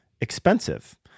expensive